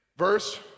Verse